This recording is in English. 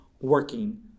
working